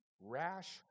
rash